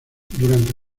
durante